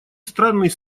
странный